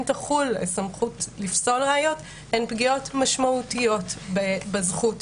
תחול סמכות לפסול ראיות הן פגיעות משמעותיות בזכות.